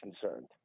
concerned